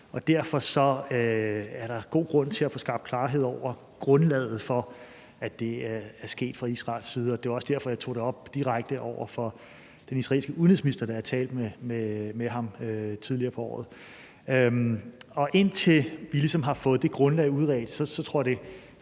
derfor er der god grund til fra Israels side at få skabt klarhed over grundlaget for, at det er sket, og det var også derfor, at jeg tog det op direkte over for den israelske udenrigsminister, da jeg talte med ham tidligere på året. Indtil vi ligesom har fået det grundlag udredt, tror jeg